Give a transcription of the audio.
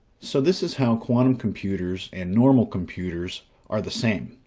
so, this is how quantum computers and normal computers are the same.